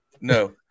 no